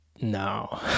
no